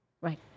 Right